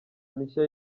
mishya